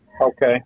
Okay